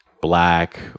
black